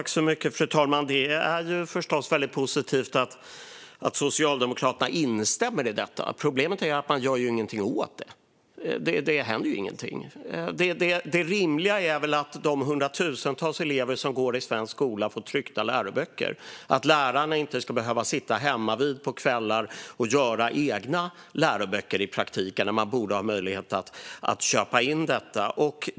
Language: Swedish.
Fru talman! Det är förstås väldigt positivt att Socialdemokraterna instämmer i detta. Problemet är att man inte gör någonting åt det. Det händer ju ingenting. Det rimliga är väl att de hundratusentals elever som går i svensk skola får tryckta läroböcker och att lärarna inte ska behöva sitta hemmavid på kvällarna och i praktiken göra egna läroböcker. De borde ha möjlighet att köpa in detta.